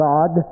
God